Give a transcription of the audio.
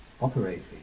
operating